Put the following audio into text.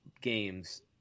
games